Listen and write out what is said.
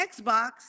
Xbox